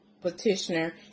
petitioner